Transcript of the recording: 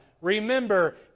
remember